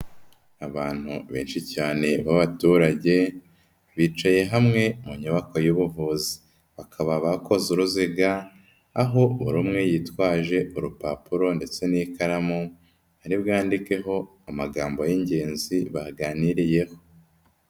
Abantu benshi cyane b'abaturage, bicaye hamwe mu nyubako y'ubuvuzi. Bakaba bakoze uruziga, aho buri umwe yitwaje urupapuro ndetse n'ikaramu ari bwandikeho amagambo y'ingenzi baganiriyeho.